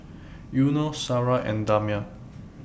Yunos Sarah and Damia